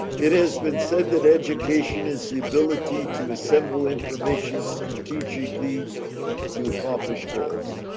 it has been said that education is the ability to assemble information strategically to accomplish goals.